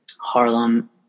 harlem